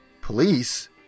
Police